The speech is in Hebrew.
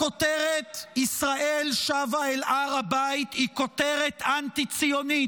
הכותרת "ישראל שבה אל הר הבית" היא כותרת אנטי-ציונית.